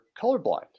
colorblind